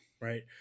right